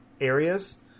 areas